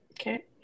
Okay